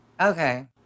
Okay